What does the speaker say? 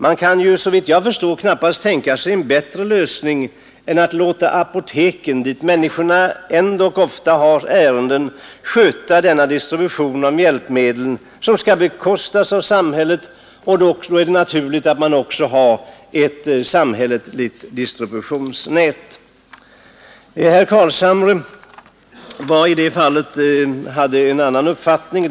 Man kan, såvitt jag förstår, knappast tänka sig en bättre lösning än att låta apoteken, dit människorna ändock ofta har ärenden, sköta denna distribution av hjälpmedel som skall bekostas av samhället. Då är det naturligt att man också har ett samhälleligt distributionsnät. Herr Carlshamre hade en annan uppfattning.